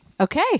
okay